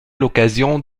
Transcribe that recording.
l’occasion